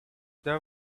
there